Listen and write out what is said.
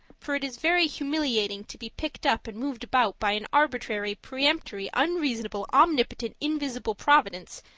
for it is very humiliating to be picked up and moved about by an arbitrary, peremptory, unreasonable, omnipotent, invisible providence,